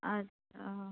अच्छा